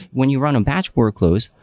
when you run on batch workloads,